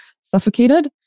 suffocated